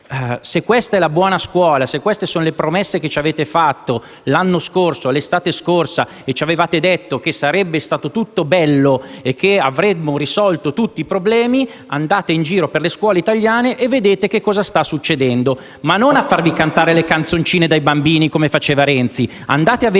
se questa è la buona scuola, se queste sono le promesse che ci avete fatto l'anno scorso, l'estate scorsa, quando ci avevate detto che sarebbe stato tutto bello e che avremmo risolto tutti i problemi, andate in giro per le scuole italiane e vedete che cosa sta succedendo. Andate, ma non a farvi cantare le canzoncine dai bambini, come faceva Renzi: andate a vedere